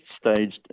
staged